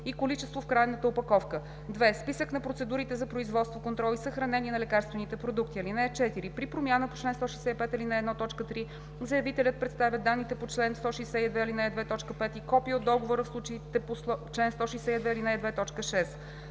и количество в крайната опаковка; 2. списък на процедурите за производство, контрол и съхранение на лекарствените продукти. (4) При промяна по чл. 165, ал. 1, т. 3 заявителят представя данните по чл. 162, ал. 2, т. 5 и копие от договора в случаите по чл. 162, ал. 2,